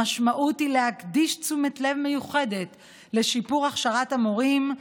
המשמעות היא להקדיש תשומת לב מיוחדת לשיפור הכשרת מורים,